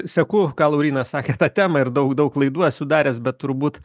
seku ką laurynas sakė ta tema ir daug daug laidų esu daręs bet turbūt